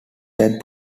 that